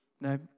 No